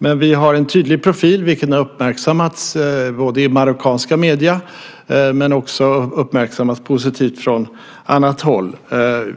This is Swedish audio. Men vi har en tydlig profil, vilket har uppmärksammats i marockanska medier. Det har också uppmärksammats positivt från annat håll.